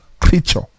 creature